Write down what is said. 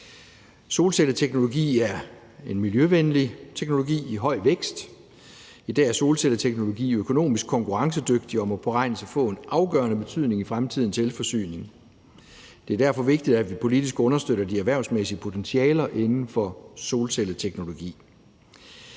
Solcelleteknologi er en miljøvenlig teknologi i høj vækst. I dag er solcelleteknologi økonomisk konkurrencedygtig og må påregnes at få en afgørende betydning i fremtidens elforsyning. Det er derfor vigtigt, at vi politisk understøtter de erhvervsmæssige potentialer inden for solcelleteknologi.